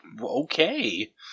okay